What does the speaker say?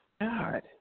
God